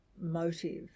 motive